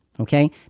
okay